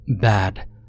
Bad